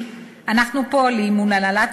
בבית-החולים סורוקה סוכם עם הנהלת